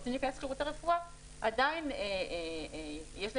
וצריך לאפשר לצרכן שיקול דעת גם בביצוע עסקה מצילת חיים כמו שהוא הציג.